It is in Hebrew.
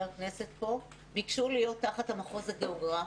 כנסת ביקשו להיות תחת המחוז הגיאוגרפי.